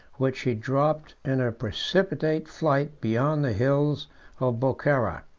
which she dropped in her precipitate flight beyond the hills of bochara.